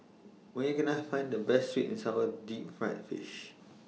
Where Can I Find The Best Sweet and Sour Deep Fried Fish